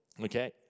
Okay